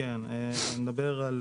אני מדבר על